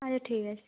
আচ্ছা ঠিক আছে